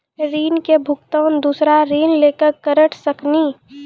ऋण के भुगतान दूसरा ऋण लेके करऽ सकनी?